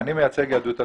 אני מייצג את יהדות התורה.